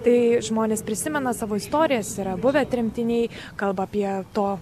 tai žmonės prisimena savo istorijas yra buvę tremtiniai kalba apie to